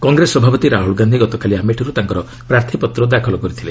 କଂଗ୍ରେସ ସଭାପତି ରାହୁଲ ଗାନ୍ଧି ଗତକାଲି ଆମେଠିରୁ ତାଙ୍କର ପ୍ରାର୍ଥୀପତ୍ର ଦାଖଲ କରିଥିଲେ